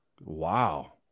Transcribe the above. wow